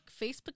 Facebook